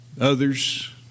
Others